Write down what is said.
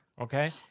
Okay